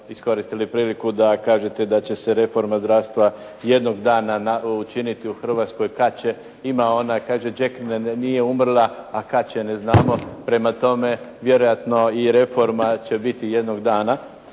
iskoristili priliku da kažete da će se reforma zdravstva jednog dana učiniti u Hrvatskoj kad će ima ona “Đekna nije umrla, a kad će ne znamo“. Prema tome, vjerojatno i reforma će bit jednog dana.